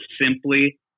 simply